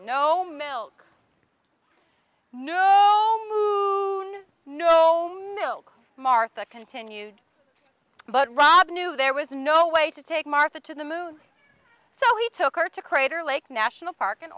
no milk no milk martha continued but rob knew there was no way to take martha to the moon so he took her to crater lake national park in